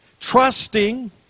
trusting